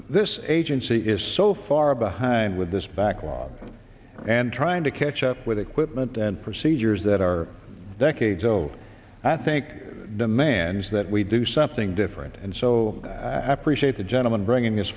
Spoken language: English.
this agency is so far behind with this backlog and trying to catch up with equipment and procedures that are decades old i think demands that we do something different and so i appreciate the gentleman bringing this